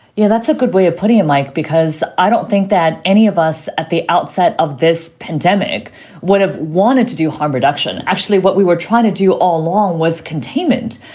yeah, that's a good way of putting it, mike. because i don't think that any of us at the outset of this pandemic would have wanted to do harm reduction. actually, what we were trying to do all along was containment,